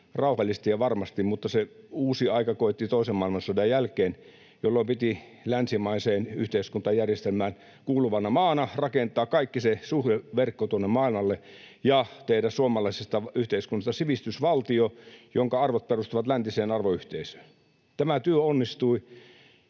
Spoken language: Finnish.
rauhallisesti ja varmasti, mutta se uusi aika koitti toisen maailmansodan jälkeen, jolloin piti länsimaiseen yhteiskuntajärjestelmään kuuluvana maana rakentaa kaikki se suhdeverkko tuonne maailmalle ja tehdä suomalaisesta yhteiskunnasta sivistysvaltio, jonka arvot perustuvat läntiseen arvoyhteisöön. Tämä työ onnistui.